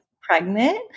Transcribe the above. pregnant